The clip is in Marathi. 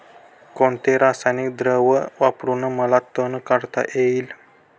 कोणते रासायनिक द्रव वापरून मला तण काढता येईल?